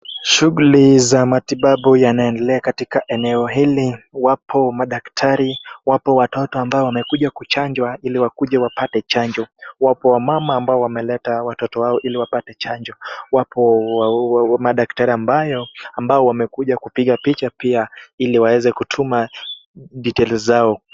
Shughuli za matibabu yanaendelea katika eneo hili. Wapo madaktari, wapo watoto ambao wamekuja kuchanjwa ili wakuje wapate chanjo. Wapo wamama ambao wameleta watoto wao ili wapate chanjo. Wapo madaktari ambao wamekuja kupiga picha pia ili waweze kutuma details zao.